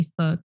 Facebook